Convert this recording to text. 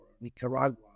Nicaragua